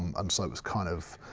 um um so it was kind of,